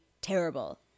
terrible